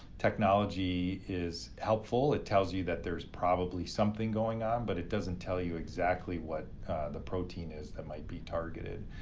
technology is helpful. it tells you that there's probably something going on, but it doesn't tell you exactly what the protein is that might be targeted.